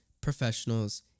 professionals